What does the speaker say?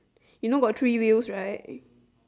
you know got three wheels right